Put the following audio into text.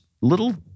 little